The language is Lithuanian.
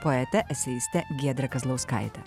poete eseiste giedre kazlauskaite